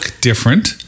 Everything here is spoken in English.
different